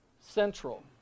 central